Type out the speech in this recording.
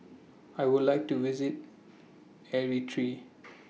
I Would like to visit Eritrea